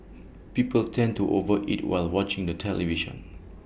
people tend to over eat while watching the television